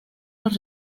los